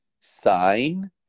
sign